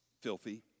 filthy